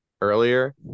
Earlier